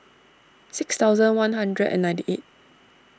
six thousand one hundred and ninety eight